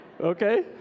Okay